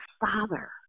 father